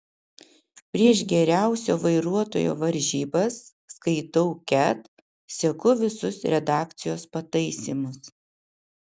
prieš geriausio vairuotojo varžybas skaitau ket seku visus redakcijos pataisymus